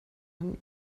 den